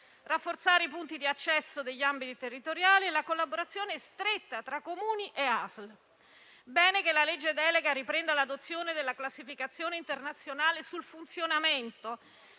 rafforzare i punti di accesso degli ambiti territoriali e la collaborazione stretta tra Comuni e ASL. È apprezzabile che la legge delega riprenda l'adozione della classificazione internazionale sul funzionamento.